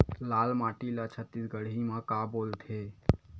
लाल माटी ला छत्तीसगढ़ी मा का बोलथे?